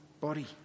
body